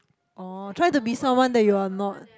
orh try to be someone that you're not